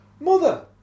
Mother